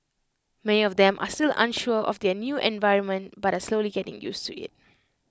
many of them are still unsure of their new environment but are slowly getting used to IT